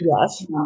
Yes